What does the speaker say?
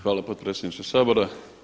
Hvala potpredsjedniče Sabora.